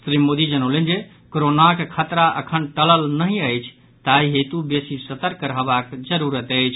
श्री मोदी जनौलनि जे कोरोनाक खतरा अखन टलल नहि अछि ताहि हेतु बेसी सतर्क रहबाक जरूरत अछि